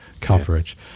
coverage